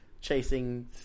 Chasing